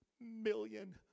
million